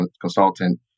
consultant